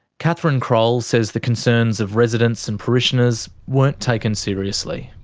catherine croll says the concerns of residents and parishioners weren't taken seriously.